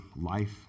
life